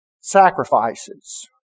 sacrifices